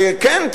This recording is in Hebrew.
כן,